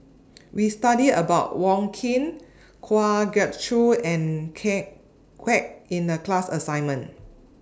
We studied about Wong Keen Kwa Geok Choo and Ken Kwek in The class assignment